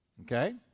Okay